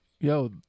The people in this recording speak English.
yo